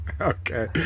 Okay